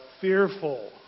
Fearful